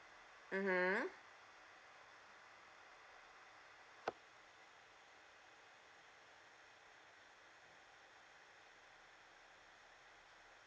mmhmm